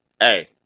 Hey